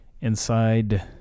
inside